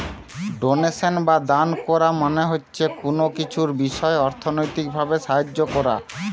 donation বা দান কোরা মানে হচ্ছে কুনো কিছুর বিষয় অর্থনৈতিক ভাবে সাহায্য কোরা